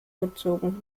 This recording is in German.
gezogen